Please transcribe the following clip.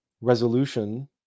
resolution